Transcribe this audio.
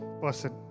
person